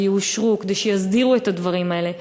שיאושרו כדי להסדיר את הדברים האלה.